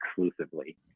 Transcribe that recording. exclusively